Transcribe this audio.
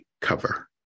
cover